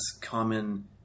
common